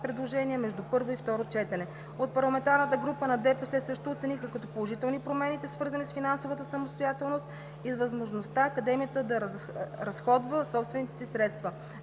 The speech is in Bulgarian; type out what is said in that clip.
предложения между първо и второ четене. От парламентарната група на ДПС също оцениха като положителни промените, свързани с финансовата самостоятелност и с възможността Академията да разходва собствените си средства.